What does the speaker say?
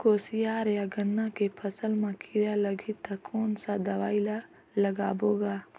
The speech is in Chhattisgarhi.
कोशियार या गन्ना के फसल मा कीरा लगही ता कौन सा दवाई ला लगाबो गा?